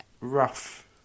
rough